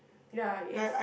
ya it's